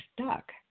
stuck